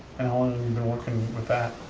been working with that?